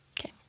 Okay